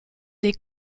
dei